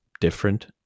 different